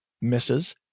misses